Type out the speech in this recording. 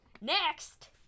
Next